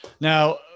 Now